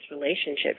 relationship